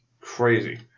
Crazy